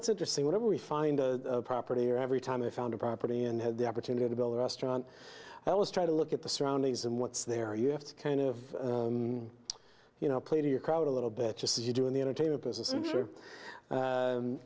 it's interesting whenever we find a property or every time i found a property and had the opportunity to build a restaurant i always try to look at the surroundings and what's there you have to kind of you know play to your crowd a little bit just as you do in the entertainment business